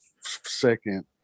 second